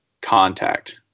contact